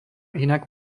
inak